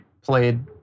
played